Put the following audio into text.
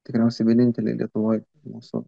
tikriausiai vieninteliai lietuvoj mūsų